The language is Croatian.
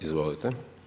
Izvolite.